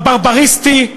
הברבריסטי,